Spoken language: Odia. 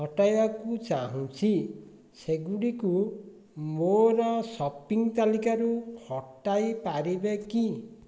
ହଟାଇବାକୁ ଚାହୁଁଛି ସେଗୁଡ଼ିକୁ ମୋର ସପିଙ୍ଗ୍ ତାଲିକାରୁ ହଟାଇ ପାରିବେ କି